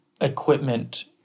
equipment